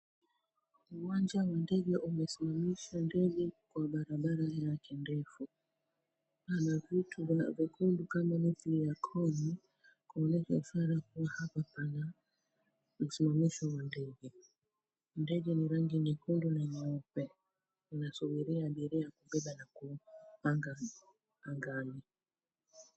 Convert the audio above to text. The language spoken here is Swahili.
Uwanja wa ndege umesimamisha ndege kwa barabara yake ndefu. Pana vitu vyekundu kama mithili ya kovu kuonesha ishara kua hapa pana msimamisho wa ndege. Ndege ni rangi nyekundu na nyeupe inasubiria abiria kubeba na kupanda angani.